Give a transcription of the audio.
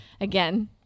again